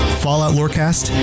falloutlorecast